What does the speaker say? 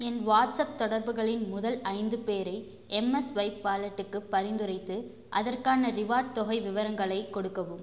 என் WhatsApp தொடர்புகளில் முதல் ஐந்து பேரை எம்எஸ்வைப் வாலெட்டுக்கு பரிந்துரைத்து அதற்கான ரிவார்டு தொகை விவரங்களை கொடுக்கவும்